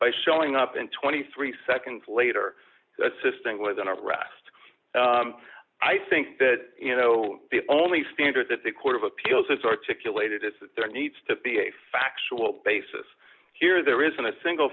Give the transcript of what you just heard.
by showing up in twenty three seconds later assisting with an arrest i think that you know the only standard that the court of appeals has articulated is that there needs to be a factual basis here there isn't a single